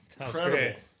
incredible